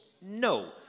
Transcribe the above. No